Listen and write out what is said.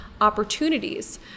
opportunities